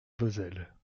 vozelle